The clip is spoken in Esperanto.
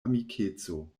amikeco